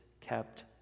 kept